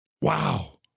Wow